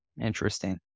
Interesting